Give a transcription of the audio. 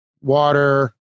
water